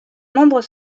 membres